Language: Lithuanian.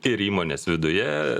ir įmonės viduje